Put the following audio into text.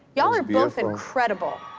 y'all are both incredible.